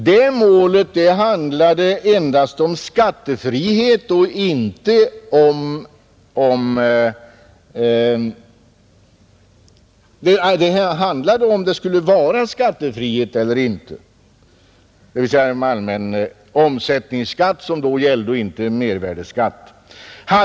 Men det målet handlade om huruvida införandet skulle vara skattefritt eller inte, dvs. fritt från den allmänna omsättningsskatt som då gällde, inte mervärdeskatten.